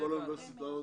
לכל האוניברסיטאות?